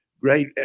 great